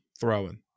throwing